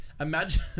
Imagine